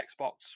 Xbox